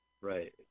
Right